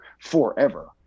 forever